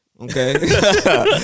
Okay